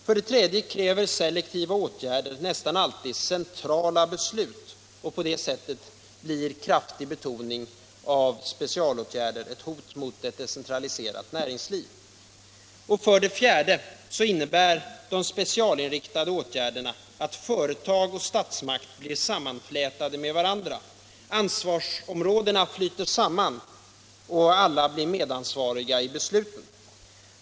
För det tredje kräver selektiva åtgärder nästan alltid centrala beslut, och på det sättet blir en betoning av specialåtgärder ett hot mot ett decentraliserat näringsliv. För det fjärde innebär de specialinriktade åtgärderna att företag och statsmakt blir sammanflätade. Ansvarsområdena flyter samman och alla blir inblandade i besluten.